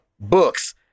books